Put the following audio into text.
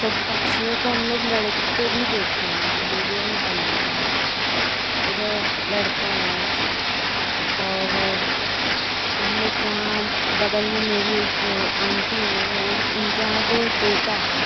तो पक्षियों को हमलोग लड़ते भी देखे हैं वीडियो भी बनाते हैं इधर लड़ते हैं और यह हमलोग के यहाँ बगल में मेरी एक आन्टी हैं वह उनके यहाँ तो तोता है